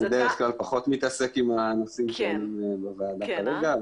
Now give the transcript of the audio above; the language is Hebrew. בדרך כלל פחות מתעסק עם הנושאים שהם בוועדה כרגע,